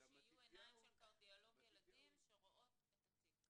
שיהיו עיניים של קרדיולוג שרואות את התיק.